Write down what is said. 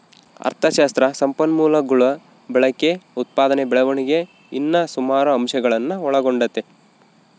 ಅಥಶಾಸ್ತ್ರ ಸಂಪನ್ಮೂಲಗುಳ ಬಳಕೆ, ಉತ್ಪಾದನೆ ಬೆಳವಣಿಗೆ ಇನ್ನ ಸುಮಾರು ಅಂಶಗುಳ್ನ ಒಳಗೊಂಡತೆ